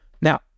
Now